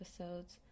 episodes